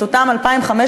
את אותם 2,500,